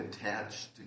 attached